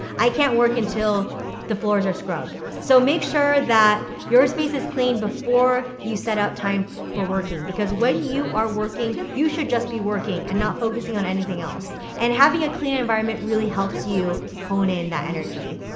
i can't work until the floors are scrubbed. so make sure that your space is clean before you set out time for working because when you are working, you should just be working and not focusing on anything else. and having a clean environment really helps you hone in that energy.